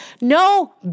No